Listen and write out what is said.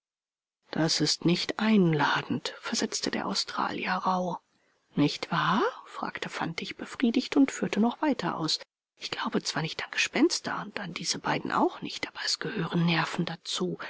das ist nicht einladend versetzte der australier rauh nicht wahr fragte fantig befriedigt und führte noch weiter aus ich glaube zwar nicht an gespenster und an diese beiden auch nicht aber es gehören nerven dazu